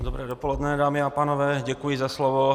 Dobré dopoledne, dámy a pánové, děkuji za slovo.